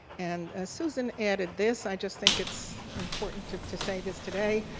and susan added this, i just think it's important to to say this today